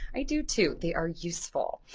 i do too, they are useful.